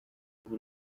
ubu